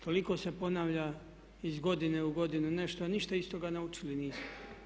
Toliko se ponavlja iz godine u godinu nešto a ništa iz toga naučili nismo.